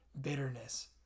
bitterness